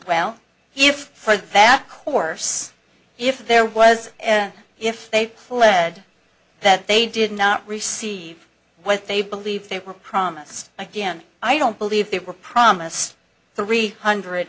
well if for that course if there was if they pled that they did not receive what they believe they were promised again i don't believe they were promised three hundred